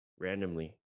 randomly